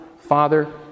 Father